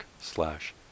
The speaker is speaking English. slash